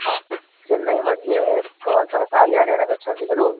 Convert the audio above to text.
चेन्नै मध्ये भवन्तः कार्यानेन गच्छन्ति खलु